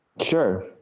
Sure